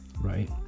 right